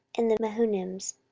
and the mehunims.